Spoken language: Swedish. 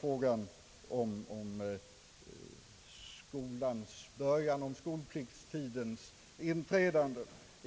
frågan om skolpliktsålderns inträdande.